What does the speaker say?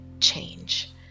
change